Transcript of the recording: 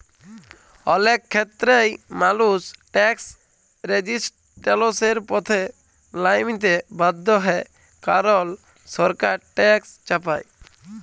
অলেক খ্যেত্রেই মালুস ট্যাকস রেজিসট্যালসের পথে লাইমতে বাধ্য হ্যয় কারল সরকার ট্যাকস চাপায়